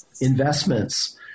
investments